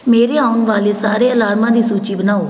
ਮੇਰੇ ਆਉਣ ਵਾਲੇ ਸਾਰੇ ਅਲਾਰਮਾਂ ਦੀ ਸੂਚੀ ਬਣਾਓ